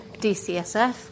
DCSF